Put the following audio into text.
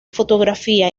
fotografía